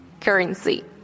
currency